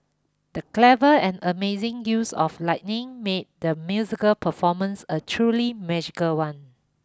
the clever and amazing use of lightning made the musical performance a truly magical one